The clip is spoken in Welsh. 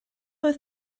oedd